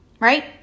Right